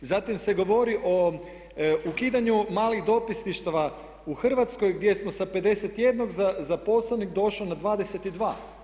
Zatim se govori o ukidanju malih dopisništava u Hrvatskoj gdje smo sa 51 zaposlenih došli na 22.